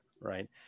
right